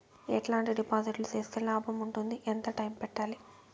ఎట్లాంటి డిపాజిట్లు సేస్తే లాభం ఉంటుంది? ఎంత టైము పెట్టాలి?